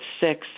six